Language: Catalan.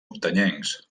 muntanyencs